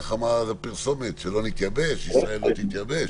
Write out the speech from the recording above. איך אמרה הפרסומת: שלא נתייבש, ישראל מתייבשת.